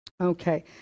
Okay